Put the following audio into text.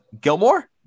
Gilmore